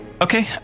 Okay